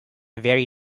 very